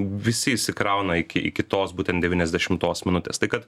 visi įsikrauna iki iki tos būtent devyniasdešimtos minutės tai kad